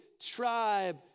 tribe